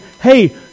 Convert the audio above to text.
hey